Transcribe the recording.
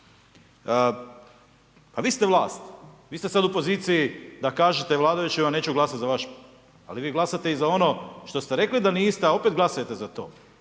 Pa vi ste vlast. Vi ste sada u poziciji da kažete vladajućima, neću glasati za vaš, ali vi glasate i za ono što ste rekli da niste, a opet glasujete za to.